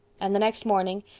and the next morning,